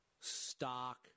stock